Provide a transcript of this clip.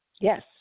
Yes